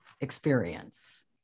experience